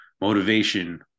motivation